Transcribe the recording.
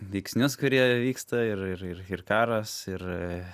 veiksnius kurie vyksta ir ir ir ir karas ir